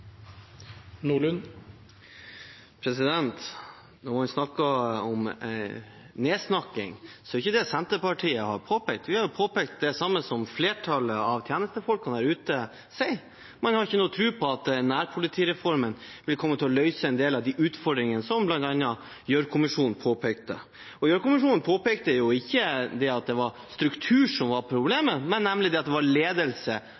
ikke det Senterpartiet har påpekt. Vi har påpekt det samme som flertallet av tjenestefolkene der ute sier: Man har ikke noen tro på at nærpolitireformen vil komme til å løse en del av de utfordringene som bl.a. Gjørv-kommisjonen påpekte. Gjørv-kommisjonen påpekte nemlig ikke at struktur var problemet, men at det var ledelse og kultur som var